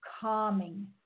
calming